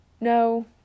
No